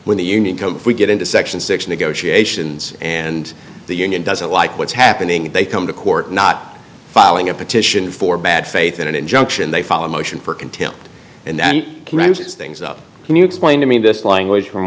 when the union we get into section six negotiations and the union doesn't like what's happening they come to court not filing a petition for bad faith in an injunction they follow a motion for contempt and then things up can you explain to me in this language from